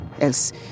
Else